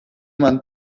man